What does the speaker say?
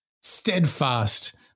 steadfast